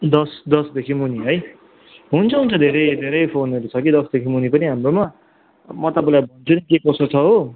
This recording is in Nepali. दस दसदेखि मुनि है हुन्छ हुन्छ धेरै धेरै फोनहरू छ कि दसदेखि मुनि पनि हाम्रोमा म तपाईँलाई भन्छु नि के कसो छ हो